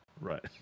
Right